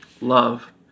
love